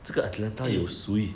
eh